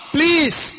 Please